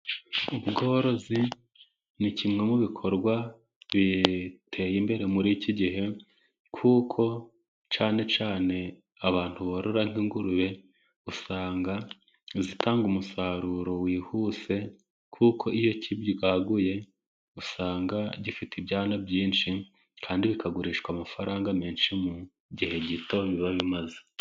Ubworozi ni kimwe mu bikorwa biteye imbere muri iki gihe ,kuko cyane cyane abantu borora nk'ingurube usanga zitanga umusaruro wihuse, kuko iyo kibwaguye usanga gifite ibyana byinshi kandi bikagurishwa amafaranga menshi mu gihe gito biba bimaze.